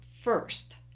first